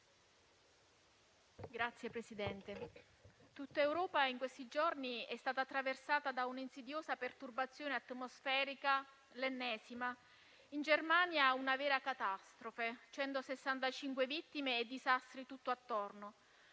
Signor Presidente, tutta Europa in questi giorni è stata attraversata da un'insidiosa perturbazione atmosferica, l'ennesima; in Germania una vera catastrofe: 165 vittime e disastri tutto attorno.